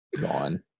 gone